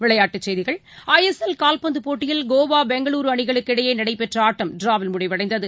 விளையாட்டுச் செய்திகள் ஐஎஸ்எல் கால்பந்துப் போட்டியில்கோவா பெங்களூருஅணிகளுக்கு இடையேநடைபெற்றஆட்டம் டிராவில் முடிவடைந்தது